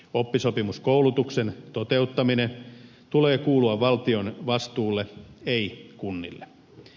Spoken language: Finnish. oppisopimuskoulutuksen toteuttamisen tulee kuulua valtion vastuulle ei kunnille